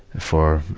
for, ah,